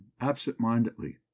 absent-mindedly